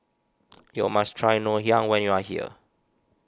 you must try Ngoh Hiang when you are here